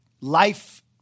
life